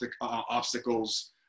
obstacles